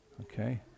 Okay